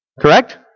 Correct